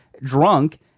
Drunk